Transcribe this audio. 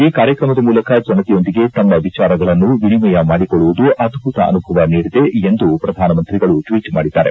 ಈ ಕಾರ್ಯಕ್ರಮದ ಮೂಲಕ ಜನತೆಯೊಂದಿಗೆ ತಮ್ಮ ವಿಚಾರಗಳನ್ನು ವಿನಿಮಯ ಮಾಡಿಕೊಳ್ಳುವುದು ಅದ್ದುತ ಅನುಭವ ನೀಡಿದೆ ಎಂದು ಪ್ರಧಾನಮಂತ್ರಿಗಳು ಟ್ವೀಟ್ ಮಾಡಿದ್ದಾರೆ